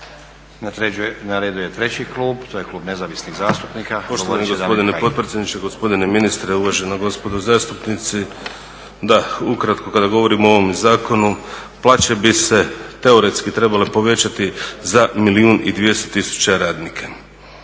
Na redu je treći klub, to je klub Nezavisnih zastupnika